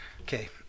okay